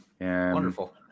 Wonderful